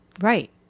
Right